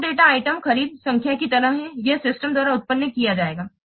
output data item खरीद संख्या की तरह हैं यह सिस्टम द्वारा उत्पन्न किया जाएगा